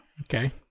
okay